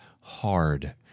hard